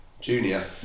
junior